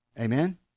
Amen